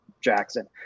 Jackson